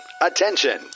attention